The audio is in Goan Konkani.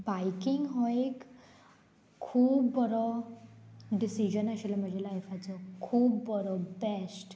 बायकींग हो एक खूब बरो डिसिजन आशिल्लो म्हज्या लायफाचो खूब बरो बेस्ट